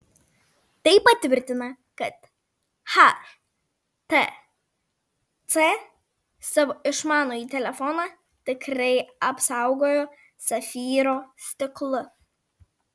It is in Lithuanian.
tai patvirtina kad htc savo išmanųjį telefoną tikrai apsaugojo safyro stiklu